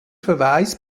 verweis